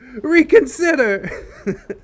reconsider